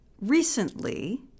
recently